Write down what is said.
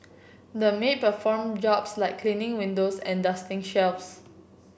the maid performed jobs like cleaning windows and dusting shelves